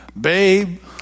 Babe